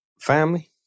family